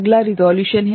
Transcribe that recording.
अगला रिसोल्यूशनहै